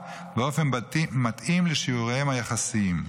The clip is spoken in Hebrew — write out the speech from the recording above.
באופן בלתי מתאים לשיעוריהם היחסיים.